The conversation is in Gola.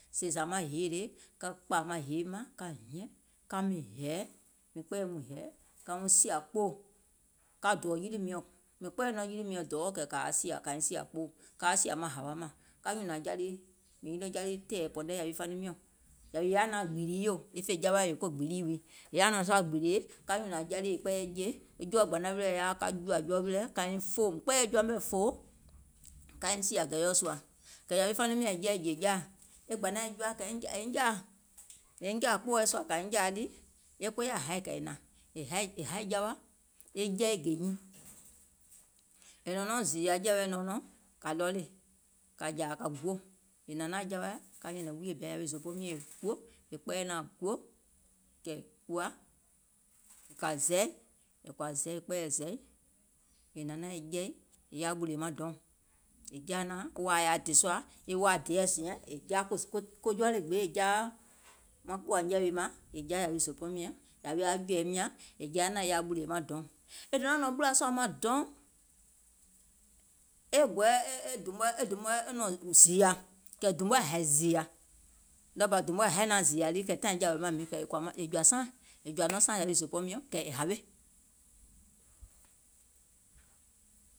Sèè zȧ maŋ hèe le, ka ka ka kpàà maŋ hèeim mȧŋ ka miŋ hɛ̀ɛ̀, mìŋ kpɛɛyɛ̀ mìŋ hɛ̀ɛ ka miŋ sìȧ kpoò, ka dɔ̀ɔ̀ yilì miɔ̀ŋ, mìŋ kpɛɛyɛ̀ yilì miɔ̀ŋ dɔ̀ɔ kaiŋ sìȧ kpoòi, kaa sìȧ maŋ hȧwa mȧŋ ka nyùnȧŋ ja lii tɛ̀ɛ̀pɔ̀nɛ yȧwi faniŋ miɔ̀ŋ, kɛ̀ è yaȧ naȧŋ gbììlìi yò, e fè jawaì, ko gbììlìi wii, è yaȧ nɔ̀ŋ sùȧ gbììlì ka nyùnȧŋ ja lii è kpɛɛyɛ̀iŋ jèe, e jɔɔ gbȧnaŋ wilɛ̀ yaȧa ka jùȧ jɔɔ wilɛ̀ kaiŋ foò, mìŋ kpɛɛyɛ̀ jɔɔ wilɛ̀ fòo, kaiŋ sìȧ gɛ̀iɔ̀ sùȧ, kɛ̀ yȧwi faniŋ miɔ̀ŋ jɛi è jè jaȧ, e gbȧnaȧŋ joȧ kaiŋ jȧȧ, èiŋ jȧȧ kpoòɛ̀ sùȧ kȧiŋ jȧȧ ɗì, e koya haì kɛ̀ è hnȧŋ, è haì jawa, e jɛi gè nyiiŋ, è nɔ̀ŋ nɔŋ zììyȧ jɛ̀wɛ̀ nɔɔnɔŋ, kȧ ready, kȧ jȧȧ kȧ guò, è hnȧŋ naȧŋ jawaì ka nyɛ̀nɛ̀ŋ wuìyè bìa yȧwi zòòbɔɔŋ miɔ̀ŋ e guò, è kpɛɛyɛ̀ naȧŋ gùo, e ka e zɛì, è kpɛɛyɛ̀ zɛ̀i, è hnȧŋ naȧŋ e jɛi è yaȧ ɓùlìè maŋ dɔùŋ, è jaȧ naȧŋ e wȧa yaȧ dè sùȧ, e waȧ dèeɛ̀ sùȧ è jaa, ko jɔɔlò gbeeì è jaaa, mȧŋ kpùa nyɛɛ̀ɛ̀ wi mȧŋ è jaa yȧwi zòòbɔɔŋ miɔ̀ŋ yȧwi jɔ̀ɛ̀ɛim nyȧŋ, è jaa naȧŋ yaà ɓùlìè maŋ dɔùŋ, è donȧŋ nɔ̀ŋ ɓùlȧ sùȧ maŋ dɔùŋ e dùùm mɔɛ e nɔ̀ŋ zììyȧ, kɛ̀ dùùm mɔɛ hȧì zììyȧ, taiŋ bȧ sèè dùùm mɔɛ haì naȧŋ zììyȧ kɛ̀ taìŋ jȧwè maŋ miiŋ kɛ̀ è jɔ̀ȧ saaŋ, è jɔ̀ȧ nɔŋ saaŋ yȧwi zòòbɔɔŋ miɔ̀ŋ kɛ̀ è hawe,